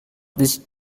this